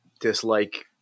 dislike